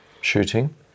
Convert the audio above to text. shooting